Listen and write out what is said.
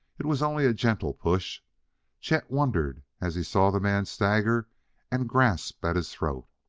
it was only a gentle push chet wondered as he saw the man stagger and grasp at his throat.